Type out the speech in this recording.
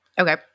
Okay